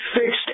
fixed